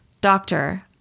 doctor